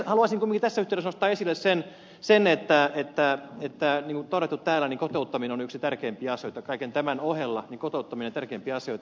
haluaisin kumminkin tässä yhteydessä nostaa esille sen niin kuin täällä on todettu että kotouttaminen on yksi tärkeimpiä asioita kaiken tämän ohella kotouttaminen on tärkeimpiä asioita